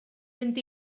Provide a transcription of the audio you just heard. mynd